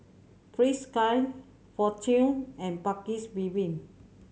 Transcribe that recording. Frisky Fortune and Paik's Bibim